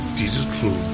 digital